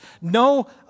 no